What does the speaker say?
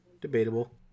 debatable